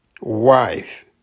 wife